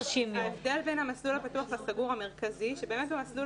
ההבדל המרכזי בין המסלול הפתוח למסלול המרכזי הוא שבאמת במסלול